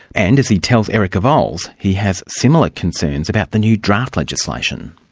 and, as he tells erica vowles, he has similar concerns about the new draft legislation.